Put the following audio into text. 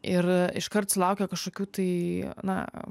ir iškart sulaukia kažkokių tai na